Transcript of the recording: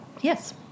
Yes